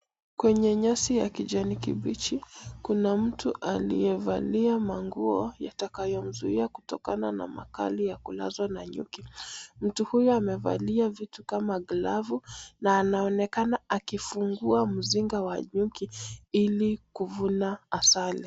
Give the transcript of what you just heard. Kwenye nyasi ya kijani kibichi, kuna mtu aliyevalia nguo zitakazomzuia kutokana na makali ya kulazwa na nyuki. Mtu huyo amevalia vitu kama glavu na anaonekana akifungua mzinga wa nyuki ili kuvuna asali.